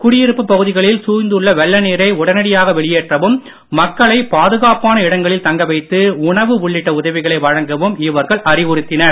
குடியிருப்புப் பகுதிகளில் சூழ்ந்துள்ள வெள்ள நீரை உடனடியாக வெளியேற்றவும் மக்களை பாதுகாப்பான இடங்களில் தங்க வைத்து உணவு உள்ளிட்ட உதவிகளை வழங்கவும் இவர்கள் அறிவுறுத்தினர்